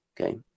okay